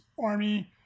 army